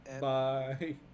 Bye